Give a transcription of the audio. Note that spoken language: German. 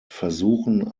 versuchen